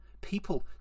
people